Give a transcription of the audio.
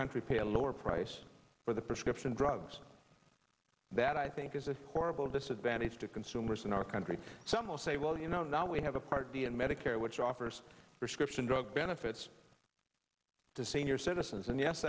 country pay a lower price for the prescription drugs that i think is a horrible disadvantage to consumers in our country some will say well you know now we have a part medicare which offers prescription drug benefits to senior citizens and yes